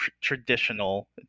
traditional